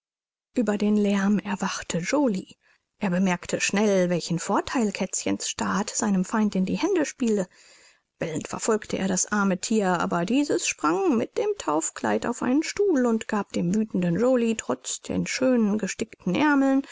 ueber den lärm erwachte joly er bemerkte schnell welchen vortheil kätzchens staat seinem feind in die hände spiele bellend verfolgte er das arme thier aber dieses sprang mit dem taufkleid auf einen stuhl und gab dem wüthenden joly trotz den schönen gestickten aermeln